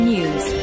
News